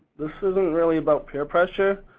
this isn't really about peer pressure.